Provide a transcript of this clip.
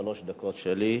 גם לך שלוש דקות, שלי.